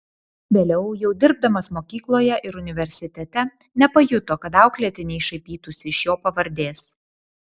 vėliau jau dirbdamas mokykloje ir universitete nepajuto kad auklėtiniai šaipytųsi iš jo pavardės